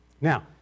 Now